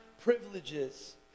privileges